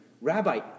Rabbi